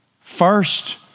First